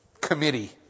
committee